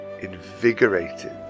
invigorated